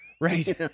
Right